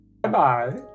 Bye-bye